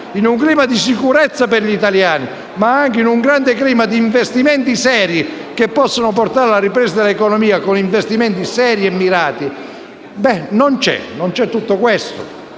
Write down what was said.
un clima di sicurezza per gli italiani ma anche un grande clima di investimenti seri che potrebbero portare alla ripresa dell'economia con investimenti seri e mirati, non ci sono: